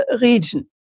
region